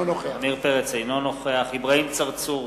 אינו נוכח אברהים צרצור,